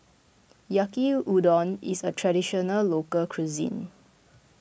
Yaki Udon is a Traditional Local Cuisine